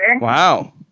Wow